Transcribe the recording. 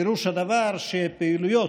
פירוש הדבר שלפעילויות